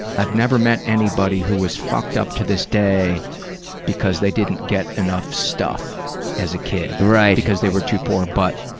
i've never met anybody who was fucked up to this day because they didn't get enough stuff as a kid, because they were too poor. but